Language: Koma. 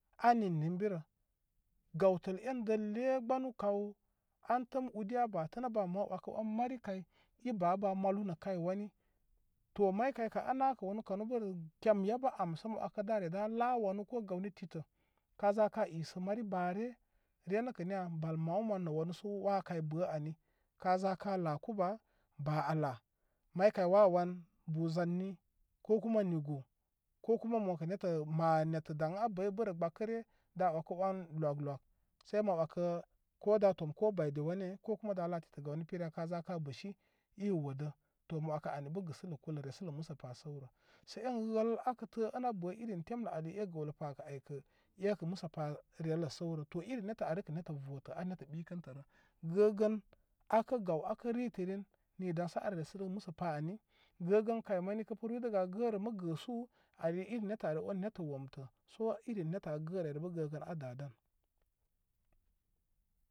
Aa nini ən birə. Gawtəl en dəlyə gbanu kaw an təm udi aa batənə baa am ma 'wakə 'wan mari kay i babar baa malu nə' gbani kay wani, to may kay kə' aa naa kə' wanu kanu bərə kem yabə am sə mə 'wakə da ryə da laa wanu ko gawni titə ka za ka sə mari baa re. Ryə nə' kə' niya? Bal maw man nə' wanu sə waa kay bə ani. Ka za ka laaku baa, baa aa laa. May kay wawo wan bu zani, ko kuma nigu ko kuma mo kə netə mabarabar netə' ban abəybə'bə'rə gbakə re daa wakə'wan luwak luwak se maa wakə ko da tom ko bayde wane ko kuma da laa titə gawni pir ya kaza ka bə shi wodə to mo 'wakə ani bə gɨsələ kulə, resələ musə pa səw rə. sə en nhəl aa kə təə ən aa bə irim temlə ali ɛ gəwlə pa kə aykə ɛ kə' musə pa re lə səwrə. To iri netə' ari kə' netə vootə' aa netə ɓikətə rə. Gəgən aakə' gaw aakə ritə rin nii dansə aa re resənə gə musə pa ani. gəgən kay mani kə pə rwwidə gə aa gəərə mə gəəsu, ani iri netə' ari on netə' womtə'. Sə iri netə' aa gə'rə ari bə' gəgən aa dadan.